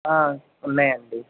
ఉన్నాయండీ